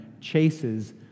chases